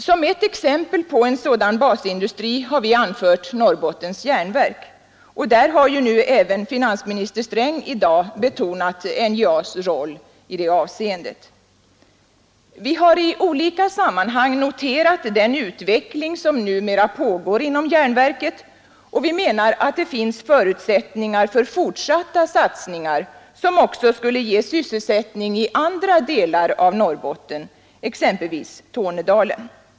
Som ett exempel på en sådan basindustri har vi anfört Norrbottens järnverk, och även finansminister Sträng har ju i dag betonat NJA:s roll i det avseendet. Vi har i olika sammanhang noterat den utveckling som numera pågår inom järnverket, och vi anser att det finns förutsättningar för fortsatta satsningar, som också skulle ge sysselsättning i andra delar av Norrbotten, exempelvis i Tornedalen.